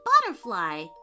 butterfly